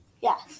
Yes